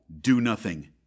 do-nothing